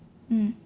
mm